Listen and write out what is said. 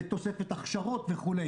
לתוספת הכשרות, וכו'.